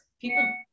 People